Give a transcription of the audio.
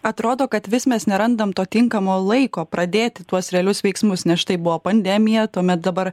atrodo kad vis mes nerandam to tinkamo laiko pradėti tuos realius veiksmus nes štai buvo pandemija tuomet dabar